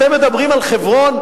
אתם מדברים על חברון,